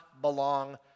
belong